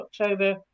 october